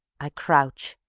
i crouch.